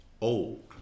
old